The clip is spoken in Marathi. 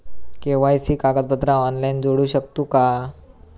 के.वाय.सी कागदपत्रा ऑनलाइन जोडू शकतू का?